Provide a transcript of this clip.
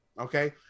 okay